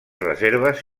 reserves